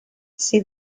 see